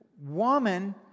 woman